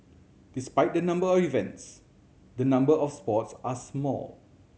despite the number of events the number of sports are small